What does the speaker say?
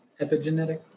epigenetic